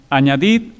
añadid